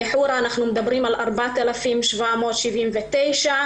בישוב חורה אנחנו מדברים על 4,779 שקל,